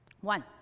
One